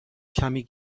کمی